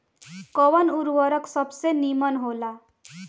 कवन उर्वरक सबसे नीमन होला?